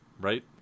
right